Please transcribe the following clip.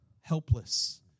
helpless